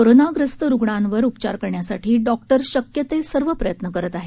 कोरोनाग्रस्त रुग्णांवर उपचार करण्यासाठी डॉक्टर शक्य ते सर्व प्रयत्न करत आहेत